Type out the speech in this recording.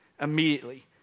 immediately